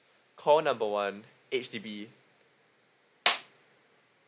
call number one H_D_B